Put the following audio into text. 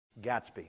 Gatsby